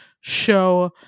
show